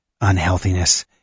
unhealthiness